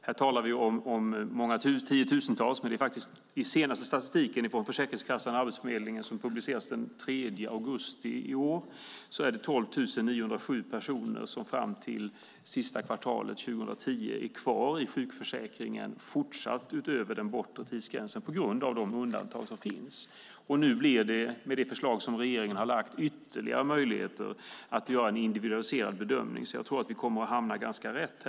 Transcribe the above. Här talar vi om många tiotusentals. I den senaste statistiken från Försäkringskassan och Arbetsförmedlingen som publicerades den 3 augusti i år är det 12 907 personer som fram till sista kvartalet 2010 är fortsatt kvar i sjukförsäkringen utöver den bortre tidsgränsen tack vare de undantag som finns. Nu blir det med det förslag som regeringen har lagt fram ytterligare möjligheter att göra en individualiserad bedömning. Jag tror att vi kommer att hamna rätt.